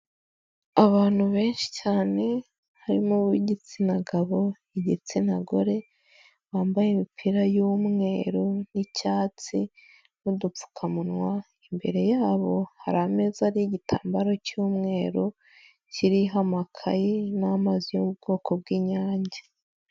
Abantu benshi cyane harimo uw'igitsina gabo, igitsina gore bambaye imipira y'umweru n'icyatsi n'udupfukamunwa imbere yabo hari ameza ariho igitambaro cy'umweru kiriho amakaye n'amazi yo mu bwoko bw'inyange.